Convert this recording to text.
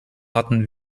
hatten